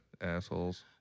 Assholes